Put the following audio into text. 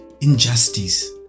injustice